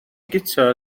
guto